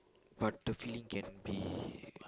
but the feeling can be